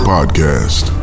Podcast